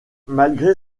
malgré